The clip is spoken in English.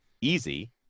easy